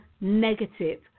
negative